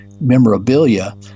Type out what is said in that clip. memorabilia